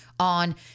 On